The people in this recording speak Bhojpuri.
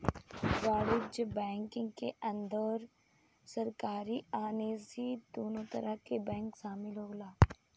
वाणिज्यक बैंकिंग के अंदर सरकारी आ निजी दुनो तरह के बैंक शामिल होला